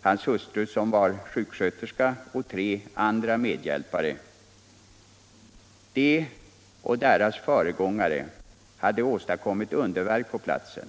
hans hustru som var sjuksköterska och tre andra medhjälpare. De och deras föregångare hade åstadkommit underverk på platsen.